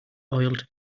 oiled